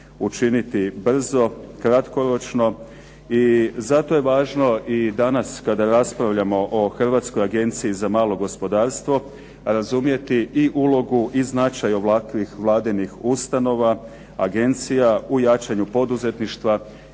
učiniti brzo, kratkoročno. I zato je važno i danas kada raspravljamo o Hrvatskoj agenciji za malo gospodarstvo razumjeti i ulogu i značaj ovakvih vladinih ustanova, agencija u jačanju poduzetništva